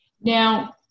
Now